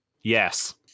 Yes